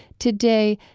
today,